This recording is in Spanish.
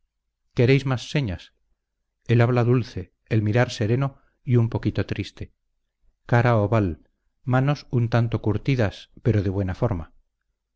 queréis más señas el habla dulce el mirar sereno y un poquito triste cara oval manos un tanto curtidas pero de buena forma